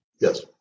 Yes